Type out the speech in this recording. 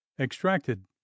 extracted